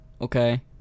Okay